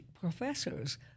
professors